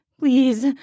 Please